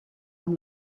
amb